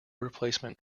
replacement